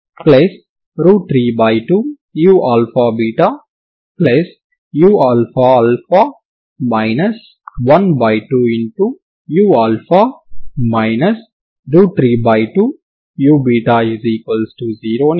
అదేవిధంగా మిగతా semi infinity string కి సరిహద్దు సమాచారం గా ux0t0 ని ఇచ్చినట్లయితే అప్పుడు f మరియు g లు ప్రారంభ సమాచారంతో ∂f∂x|x00 మరియు ∂g∂x|x00 అవుతాయి మరియు ఇవి ప్రారంభ సమాచారంతో f మరియు g లలో ఆవశ్యక నియమాలు అవుతాయి